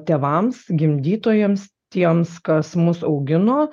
tėvams gimdytojams tiems kas mus augino